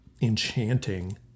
enchanting